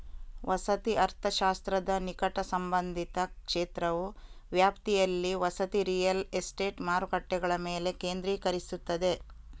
ವಸತಿ ಅರ್ಥಶಾಸ್ತ್ರದ ನಿಕಟ ಸಂಬಂಧಿತ ಕ್ಷೇತ್ರವು ವ್ಯಾಪ್ತಿಯಲ್ಲಿ ವಸತಿ ರಿಯಲ್ ಎಸ್ಟೇಟ್ ಮಾರುಕಟ್ಟೆಗಳ ಮೇಲೆ ಕೇಂದ್ರೀಕರಿಸುತ್ತದೆ